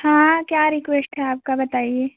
हाँ क्या रिक्वेस्ट है आपकी बताइए